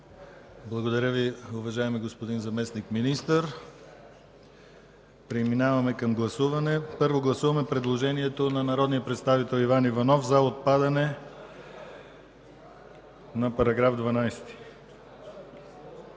Благодаря Ви, уважаеми господин заместник-министър. Преминаваме към гласуване. Първо гласуваме предложението на народния представител Иван Иванов за отпадане на § 12